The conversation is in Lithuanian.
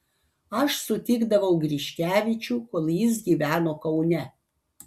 aš sutikdavau griškevičių kol jis gyveno kaune